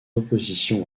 opposition